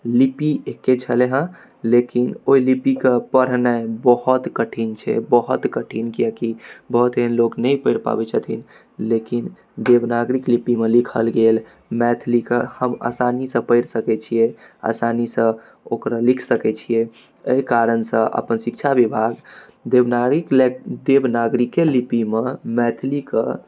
लिपि एके छलै हँ लेकिन ओहि लिपिक पढ़नाइ बहुत कठिन छै बहुत कठिन किआकि बहुत एहन लोक नहि पढ़ि पाबैत छथिन लेकिन देवनागरी लिपिमे लिखल गेल मैथिली कऽ हम आसानीसँ पढ़ि सकैत छियै आसानीसँ ओकरा लिख सकैत छियै एहि कारणसँ अपन शिक्षा विभाग देवनागरी देवनागरीके लिपिमे मैथिली कऽ